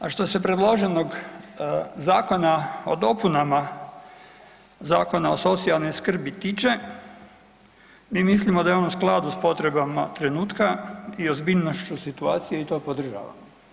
A što se predloženog Zakona o dopunama Zakona o socijalnoj skrbi tiče mi mislimo da je on u skladu s potrebama trenutka i ozbiljnošću situacije i to podržavamo.